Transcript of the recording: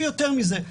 ויותר מזה.